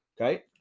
Okay